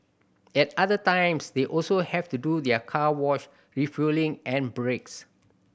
at other times they also have to do their car wash refuelling and breaks